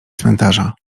cmentarza